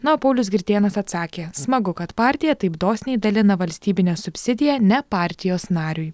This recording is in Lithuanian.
na o paulius gritėnas atsakė smagu kad partija taip dosniai dalina valstybinę subsidiją ne partijos nariui